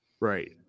Right